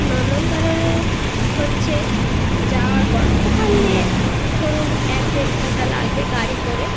নন্দনকানানের হচ্ছে যাওয়ার পর ওখান দিয়ে ধরুন এক দেড় ঘন্টা লাগবে গাড়ি করে